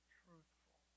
truthful